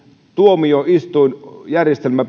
tuomioistuinjärjestelmä